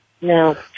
No